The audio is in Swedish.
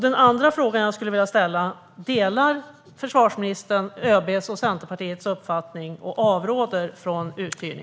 Delar försvarsministern ÖB:s och Centerpartiets uppfattning och avråder från uthyrning?